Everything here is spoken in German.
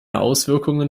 auswirkungen